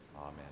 Amen